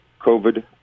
COVID